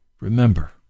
Remember